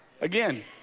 Again